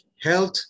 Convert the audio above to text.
health